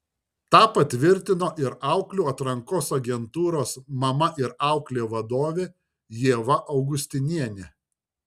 tą patvirtino ir auklių atrankos agentūros mama ir auklė vadovė ieva augustinienė